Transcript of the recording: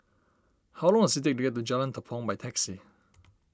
how long does it take to get to Jalan Tepong by taxi